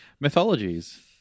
mythologies